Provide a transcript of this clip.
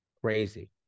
Crazy